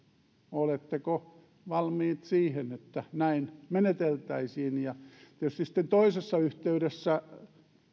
oletteko valmiit siihen että näin meneteltäisiin tietysti sitten toisessa yhteydessä